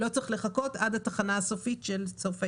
ולא צריך לחכות עד התחנה הסופית של סוף ההיתר.